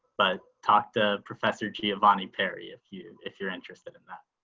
but talk to professor giovanni perry, if you if you're interested in that,